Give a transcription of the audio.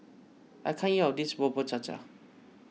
I can't eat all of this Bubur Cha Cha